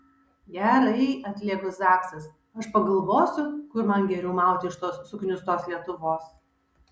gerai atlėgo zaksas aš pagalvosiu kur man geriau mauti iš tos suknistos lietuvos